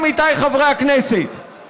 עמיתיי חברי הכנסת,